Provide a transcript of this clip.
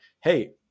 Hey